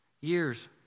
Years